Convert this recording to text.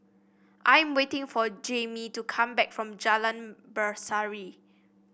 I'm waiting for Jaimie to come back from Jalan Berseri